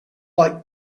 like